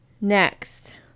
Next